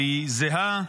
והיא זהה,